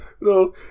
No